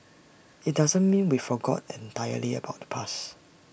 IT doesn't mean we forgot entirely about the past